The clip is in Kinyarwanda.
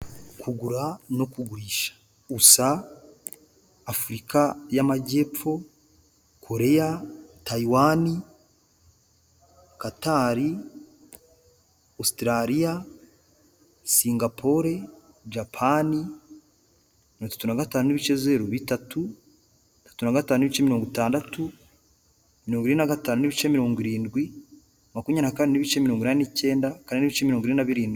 Kugura no kugurisha, USA, Afurika y'amajyepfo, Koreya, Tayiwani, Katari, Ositaraliya, Singapore, Japani, mirongo itatu na gatanu n'ibice zeru bitatu, mirongo itatu na gatanu n'ibice mirongo itandatu, mirongo ine na gatanu n'ibice mirongo irindwi, makumyabiri na abiri n'ibice mirongo inani n'icyenda, kane n'ibice mirongo ine na biridwi.